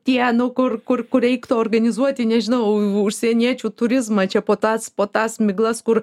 tie nu kur kur kur reiktų organizuoti nežinau užsieniečių turizmą čia po tas po tas miglas kur